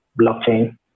blockchain